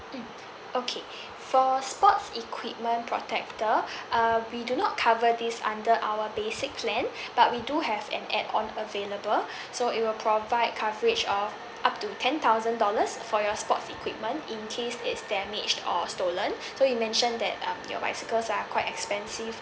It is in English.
mm okay for sports equipment protector uh we do not cover this under our basic plan but we do have an add on available so it will provide coverage of up to ten thousand dollars for your sports equipment in case it's damaged or stolen so you mentioned that um your bicycles are quite expensive